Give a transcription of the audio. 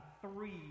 three